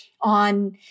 on